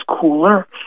cooler